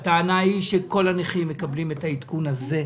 הטענה היא שכל הנכים מקבלים את העדכון הזה,